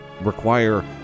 require